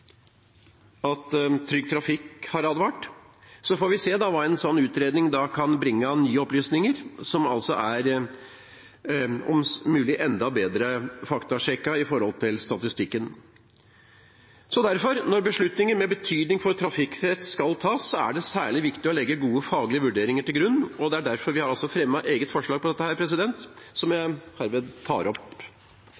Trygg Trafikk har advart. Så får vi se hva en sånn utredning kan bringe av nye opplysninger som om mulig er enda bedre faktasjekket med tanke på statistikken. Derfor er det når beslutninger med betydning for trafikksikkerhet skal tas, særlig viktig å legge gode faglige vurderinger til grunn. Det er derfor vi har fremmet et eget forslag om dette, som jeg